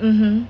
mmhmm